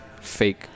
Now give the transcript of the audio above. fake